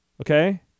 Okay